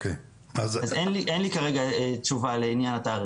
אז אין לי כרגע תשובה לעניין התאריך.